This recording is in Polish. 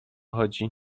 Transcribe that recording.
chodzi